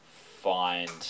find